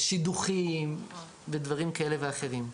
שידוכים ודברים כאלה ואחרים.